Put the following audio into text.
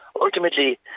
ultimately